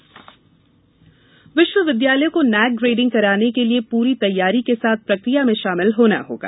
राज्यपाल NAAC grading विश्वविद्यालयों को नैक ग्रेडिंग कराने के लिए पूरी तैयारी के साथ प्रक्रिया में शामिल होना होगा